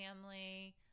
family